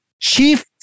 chief